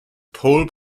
pole